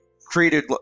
created